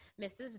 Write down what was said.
mrs